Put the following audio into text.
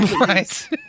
Right